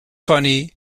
funny